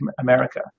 America